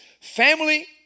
Family